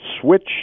switch